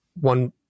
one